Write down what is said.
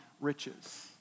riches